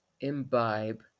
imbibe